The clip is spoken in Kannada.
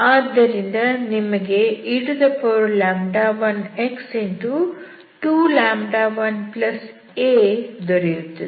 ಆದ್ದರಿಂದ ನಿಮಗೆ e1x21a ದೊರೆಯುತ್ತದೆ